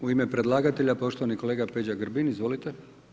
U ime predlagatelja poštovani kolega Peđa Grbin, izvolite.